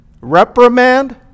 reprimand